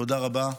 תודה רבה.